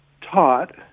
taught